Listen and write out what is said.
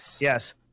Yes